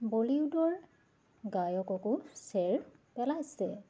বলীউডৰ গায়ককো চেৰ পেলাইছে